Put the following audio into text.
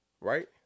right